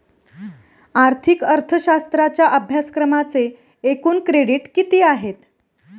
आर्थिक अर्थशास्त्राच्या अभ्यासक्रमाचे एकूण क्रेडिट किती आहेत?